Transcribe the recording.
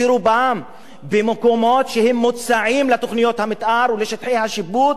ורובם במקומות שמוצעים לתוכניות המיתאר ולשטחי השיפוט,